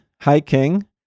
hiking